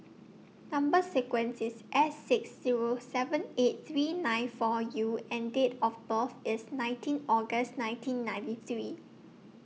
Number sequence IS S six Zero seven eight three nine four U and Date of birth IS nineteen August nineteen ninety three